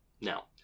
Now